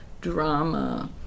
drama